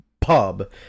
pub